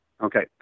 Okay